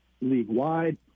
league-wide